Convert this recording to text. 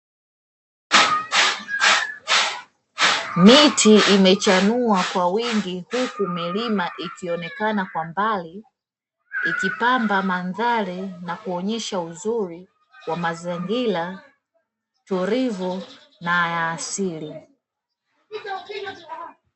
Miti imechanua kwa wingi huku milima ikionekana kwa mbali, ikipamba madhari na kuonyesha uzuri wa mazingira tulivu na ya asili.